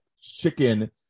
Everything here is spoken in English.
chicken